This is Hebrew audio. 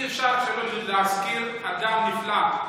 אי-אפשר שלא להזכיר אדם נפלא,